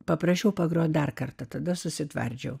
paprašiau pagroti dar kartą tada susitvardžiau